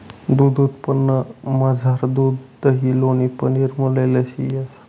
दूध उत्पादनमझार दूध दही लोणी पनीर मलई लस्सी येस